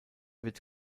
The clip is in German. wird